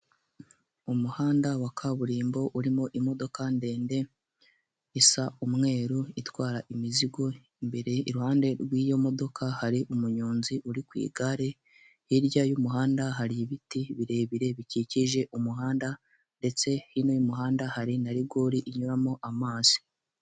Umuhanda wa kaburimbo urimo imodoka ndende isa umweru itwara imizigo, imbere iruhande rw'iyo modoka hari umunyonzi uri ku igare, hirya y'umuhanda hari ibiti birebire bikikije umuhanda ndetse hino y'umuhanda hari na rigore inyuramo amazi.